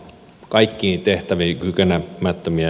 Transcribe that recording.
kaikkiin tehtäviin kykene mättömiä